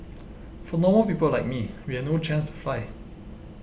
for normal people like me we had no chance to fly